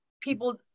people